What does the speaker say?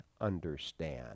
understand